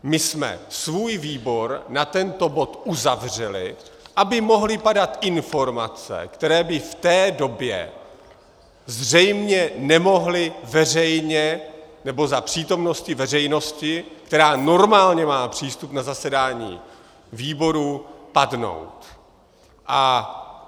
My jsme svůj výbor na tento bod uzavřeli, aby mohly padat informace, které by v té době zřejmě nemohly veřejně, nebo za přítomnosti veřejnosti, která normálně má přístup na zasedání výborů, padnout.